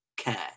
care